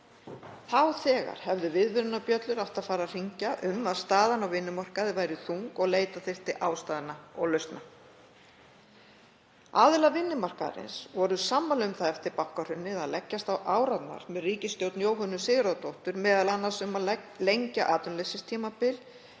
Þá þegar hefðu viðvörunarbjöllur átt að fara að hringja um að staðan á vinnumarkaði væri þung og leita þyrfti ástæðna og lausna. Aðilar vinnumarkaðarins voru sammála um það eftir bankahrunið að leggjast á árarnar með ríkisstjórn Jóhönnu Sigurðardóttur, m.a. um að lengja atvinnuleysistímabilið